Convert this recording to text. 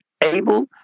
able